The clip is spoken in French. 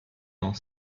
dont